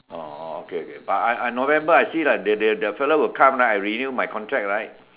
oh oh okay okay but I I November I see lah the the the fella will come right I renew my contract right